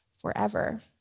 forever